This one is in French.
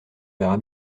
verra